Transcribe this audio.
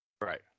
Right